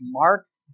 marks